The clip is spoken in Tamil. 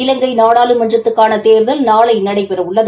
இலங்கை நாடாளுமன்றத்துக்கான தேர்தல் நாளை நடைபெறவுள்ளது